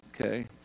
Okay